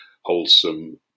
wholesome